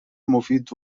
مفید